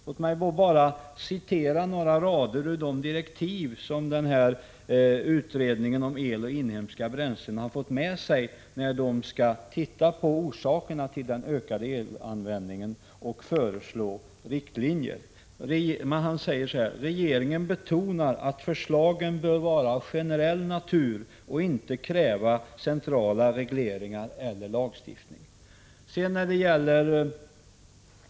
Låt mig då bara citera några rader ur de direktiv som utredningen om el och inhemska bränslen har fått när de skall se på frågan om den ökade elanvändningen och föreslå riktlinjer: Regeringen betonar att förslagen bör vara av generell natur och inte kräva centrala regleringar eller lagstiftning.